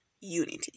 unity